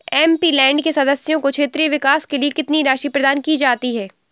MP land के सदस्यों को क्षेत्रीय विकास के लिए कितनी राशि प्रदान की जाती है?